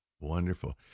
Wonderful